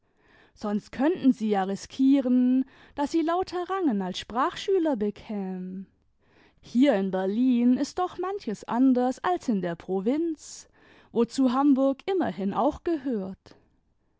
sonst könnten sie ja riskieren daß sie lauter rangen als sprachschüler bekämen hier in berlin ist doch manches anders als in der provinz wozu hamburg immerhin auch gehört